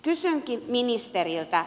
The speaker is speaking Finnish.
kysynkin ministeriltä